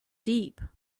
deep